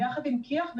ביחד עם כי"ח,